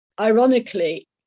ironically